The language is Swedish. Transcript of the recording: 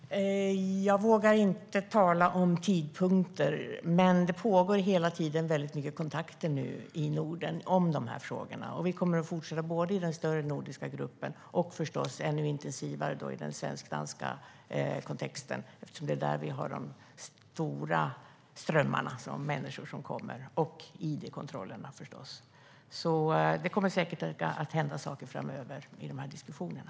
Herr talman! Jag vågar inte tala om tidpunkter, men det pågår hela tiden många kontakter i frågorna i Norden. Vi kommer att fortsätta både i den större nordiska gruppen och förstås ännu intensivare i den svensk-danska kontexten. Det är där vi har de stora strömmarna av människor som kommer och id-kontrollerna. Det kommer säkert att hända saker framöver i diskussionerna.